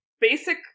basic